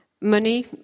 Money